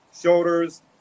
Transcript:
Shoulders